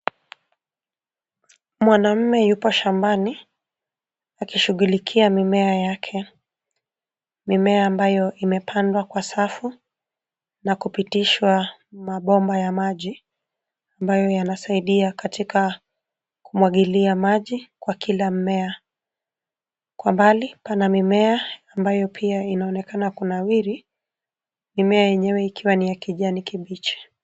Mwanamume yupo shambani akishughulikia mimea yake. Mimea ambayo imepandwa Kwa safu na kupitishwa mabomba ya maji ambayo yanasaidia katika kumwagilia maji Kwa kila mmea. Kwa mbali pana mimea ambayo pia inaonekana kunawiri, mimea yenyewe ikiwa ni ya kijani kibichi.